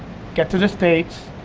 get to the states.